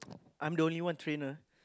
I'm the only one trainer